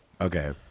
Okay